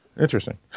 Interesting